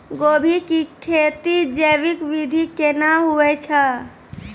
गोभी की खेती जैविक विधि केना हुए छ?